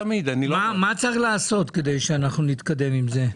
מה צריך לעשות כדי להתקדם עם זה?